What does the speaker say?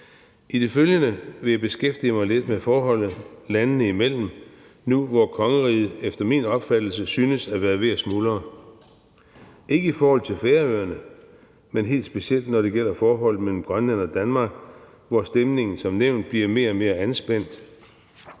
I det følgende vil jeg beskæftige mig lidt med forholdet landene imellem nu, hvor kongeriget efter min opfattelse synes at være ved at smuldre – ikke i forhold til Færøerne, men helt specielt når det gælder forholdet mellem Grønland og Danmark, hvor stemningen som nævnt bliver mere og mere anspændt.